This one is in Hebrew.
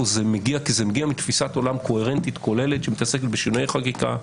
זה מגיע כי זה מגיע מתפיסת עולם קוהרנטית כוללת שמתעסקת בשינויי חקיקה,